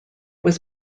was